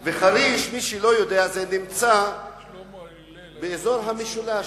חריש, למי שלא יודע, נמצאת באזור המשולש.